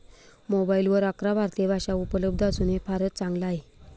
मोबाईलवर अकरा भारतीय भाषा उपलब्ध असून हे फारच चांगल आहे